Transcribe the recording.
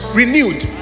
renewed